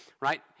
right